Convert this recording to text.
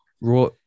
raw